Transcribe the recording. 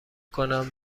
کنم